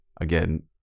Again